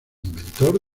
inventor